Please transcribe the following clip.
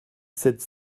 sept